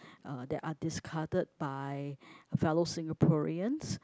uh that are discarded by fellow Singaporeans